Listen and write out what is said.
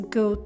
go